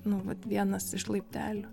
nu vat vienas iš laiptelių